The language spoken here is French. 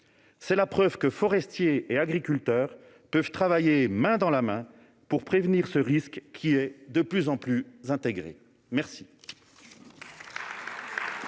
rassurer, preuve que forestiers et agriculteurs peuvent travailler main dans la main pour prévenir ce risque, qui est de plus en plus intégré. La